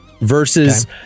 versus